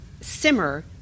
simmer